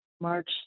March